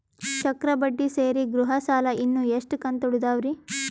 ಚಕ್ರ ಬಡ್ಡಿ ಸೇರಿ ಗೃಹ ಸಾಲ ಇನ್ನು ಎಷ್ಟ ಕಂತ ಉಳಿದಾವರಿ?